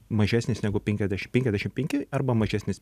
mažesnis negu penkiasdešim penkiasdešim penki arba mažesnis